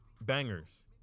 Bangers